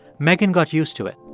megan got used to it.